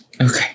Okay